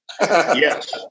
Yes